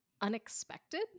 unexpected